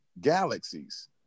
galaxies